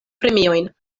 premiojn